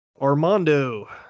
Armando